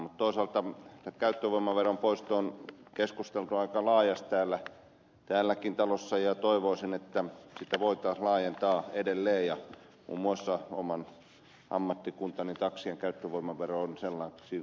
mutta toisaalta tämän käyttövoimaveron poistosta on keskusteltu aika laajasti tässäkin talossa ja toivoisin että sitä voitaisiin laajentaa edelleen ja muun muassa oman ammattikuntani taksien käyttövoimavero on sellainen